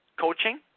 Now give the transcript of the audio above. coaching